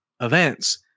events